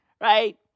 Right